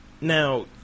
Now